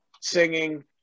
singing